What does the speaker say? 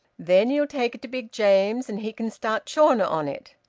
then ye'll take it to big james, and he can start chawner on it.